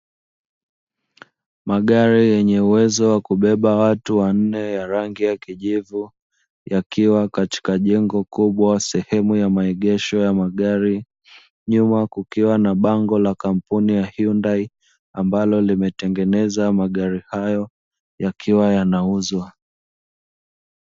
Magari yenye uwezo wa kubeba watu wanne ya rangi ya kijivu, yakiwa katika jengo kubwa sehemu ya maegesho ya magari, nyuma kukiwa na bango la kampuni ya hyundai ambalo limetengeneza magari hayo yakiwa yanauzwa.